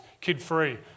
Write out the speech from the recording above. kid-free